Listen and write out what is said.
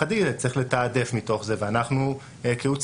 הדיגיטל יצטרך לתעדף מתוך זה ואנחנו כאוצר,